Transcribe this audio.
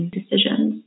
decisions